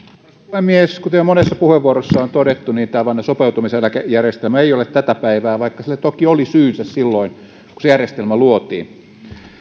puhemies kuten jo monessa puheenvuorossa on todettu tämä vanha sopeutumiseläkejärjestelmä ei ole tätä päivää vaikka sille toki oli syynsä silloin kun se järjestelmä luotiin